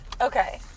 okay